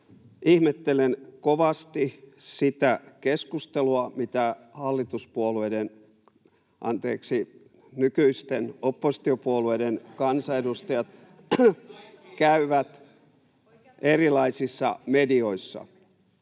ihmettelevät! — Naurua] ...anteeksi, nykyisten oppositiopuolueiden kansanedustajat käyvät erilaisissa medioissa.